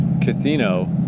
casino